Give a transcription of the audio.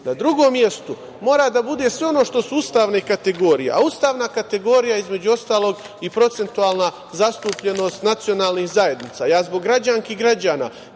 na drugom mestu mora da bude sve ono što su ustavne kategorije, a ustavna kategorija između ostalog je i procentualna zastupljenost nacionalnih zajednica. Ja zbog građanki i građana,